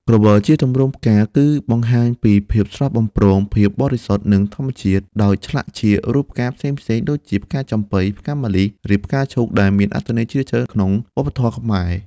ក្រវិលជាទម្រង់ផ្កា គឺបង្ហាញពីភាពស្រស់បំព្រង ភាពបរិសុទ្ធ និងធម្មជាតិ ដោយឆ្លាក់ជារូបផ្កាផ្សេងៗដូចជា ផ្កាចំប៉ី ផ្កាម្លិះ ឬផ្កាឈូក ដែលមានអត្ថន័យជ្រាលជ្រៅក្នុងវប្បធម៌ខ្មែរ។